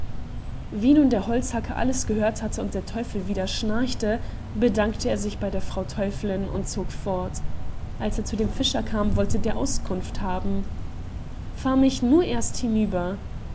wie nun der holzhacker alles gehört hatte und der teufel wieder schnarchte bedankte er sich bei der frau teufelin und zog fort als er zu dem fischer kam wollte der auskunft haben fahr mich nur erst hinüber